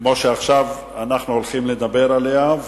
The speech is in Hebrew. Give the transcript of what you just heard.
כמו עכשיו כשאנחנו הולכים לדבר עליה.